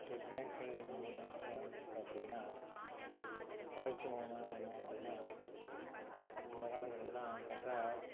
technical internet வந்துருக்குது அப்படின்னா வளர்ச்சி மூலமாக என்ன அப்படின்னா அந்த காலகட்டத்திலலாம் பார்த்தா